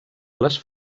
les